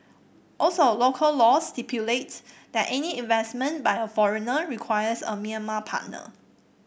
also local laws stipulate that any investment by a foreigner requires a Myanmar partner